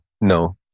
No